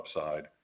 upside